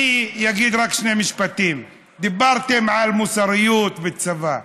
אני אגיד רק שני משפטים: דיברתם על מוסריות בצבא.